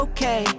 Okay